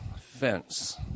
fence